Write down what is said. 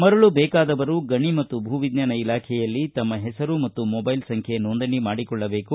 ಮರಳು ಬೇಕಾದವರು ಗಣಿ ಮತ್ತು ಭೂವಿಜ್ಞಾನ ಇಲಾಖೆಯಲ್ಲಿ ತಮ್ಮ ಹೆಸರು ಮತ್ತು ಮೊಬೈಲ್ ಸಂಖ್ಯೆ ನೋಂದಣಿ ಮಾಡಿಕೊಳ್ಳಬೇಕು